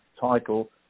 title